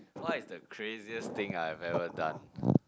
what is the craziest think I have ever done